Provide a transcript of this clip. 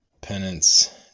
penance